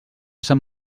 sant